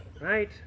right